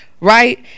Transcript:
right